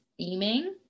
theming